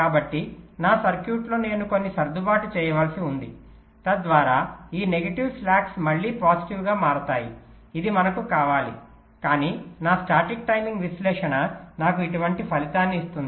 కాబట్టి నా సర్క్యూట్లో నేను కొన్ని సర్దుబాట్లు చేయవలసి ఉంది తద్వారా ఈ నెగటివ్ స్లాక్స్ మళ్లీ పాజిటివ్ గా మారతాయి ఇది మనకు కావాలి కాని నా స్టాటిక్ టైమింగ్ విశ్లేషణ నాకు ఇటు వంటి ఫలితాన్ని ఇస్తుంది